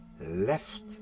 left